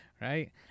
right